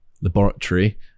laboratory